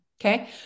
okay